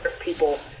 People